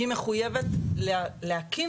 היא מחוייבת להכיר,